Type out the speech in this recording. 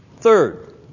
Third